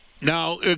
now